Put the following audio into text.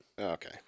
Okay